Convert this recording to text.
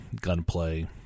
gunplay